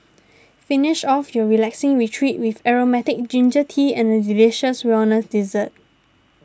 finish off your relaxing retreat with aromatic ginger tea and a delicious wellness dessert